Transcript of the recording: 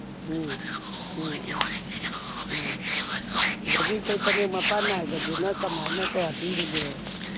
ꯎꯝ ꯎꯝ ꯎꯝ ꯎꯝ ꯑꯗꯒꯤ ꯑꯩꯈꯣꯏ ꯐꯅꯦꯛ ꯃꯄꯥꯟ ꯅꯥꯏꯕꯗꯨꯅ ꯀꯃꯥꯏꯅ ꯀꯌꯥ ꯄꯤꯔꯤꯒꯦ